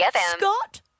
Scott